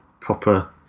proper